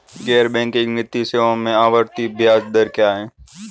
गैर बैंकिंग वित्तीय सेवाओं में आवर्ती ब्याज दर क्या है?